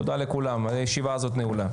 תודה לכולם, הישיבה הזאת נעולה.